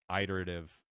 iterative